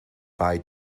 buy